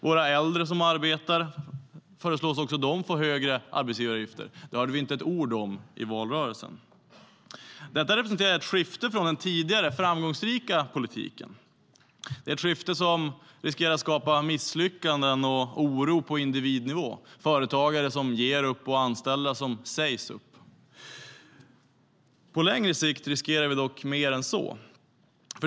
De äldre som arbetar föreslås också de få högre arbetsgivaravgifter. Det hörde vi inte ett ord om i valrörelsen. Detta representerar ett skifte från den tidigare framgångsrika politiken. Det är ett skifte som riskerar att skapa misslyckanden och oro på individnivå - företagare som ger upp och anställda som sägs upp. På längre sikt riskerar vi dock mer än så.